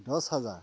দছ হাজাৰ